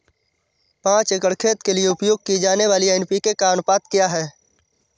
पाँच एकड़ खेत के लिए उपयोग की जाने वाली एन.पी.के का अनुपात क्या है?